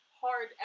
hard